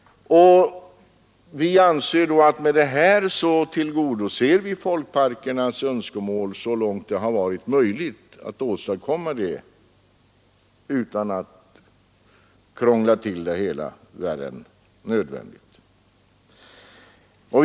Vi anser att vi med detta tillgodoser folkparkernas önskemål så långt det har varit möjligt utan att krångla till det hela mer än nödvändigt.